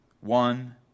one